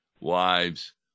wives